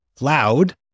loud